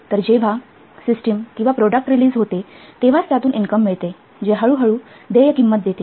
तर जेव्हा सिस्टम किंवा प्रोडक्ट रिलीज होते तेव्हाच त्यातून इनकम मिळते जे हळूहळू देय किंमत देते